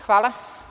Hvala.